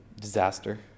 disaster